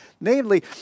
Namely